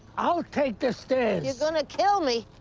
i'll take the stairs. you're going to kill me.